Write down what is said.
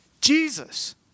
Jesus